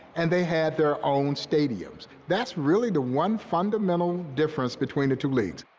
and they had their own stadiums. that's really the one fundamental difference between the two leagues.